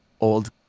old